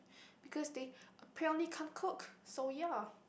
because they purely can't cook so ya